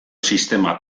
sistema